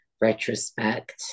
retrospect